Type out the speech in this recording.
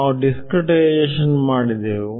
ನಾವು ದಿಸ್ಕ್ರೇಟೈಸೇಶನ್ ಮಾಡಿದೆವು